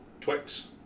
twix